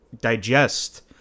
digest